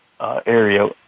area